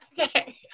Okay